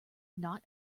not